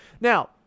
Now